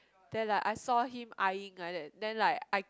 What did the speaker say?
then ah I saw him eying like that then like I